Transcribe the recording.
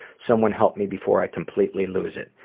someone help me before i completely lose it.